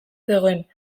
zegoen